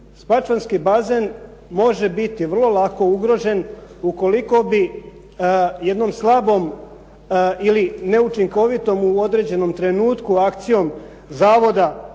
Spačvanski bazen može biti vrlo lako ugrožen ukoliko bi jednom slabom ili neučinkovitom u određenom trenutku akcijom zavoda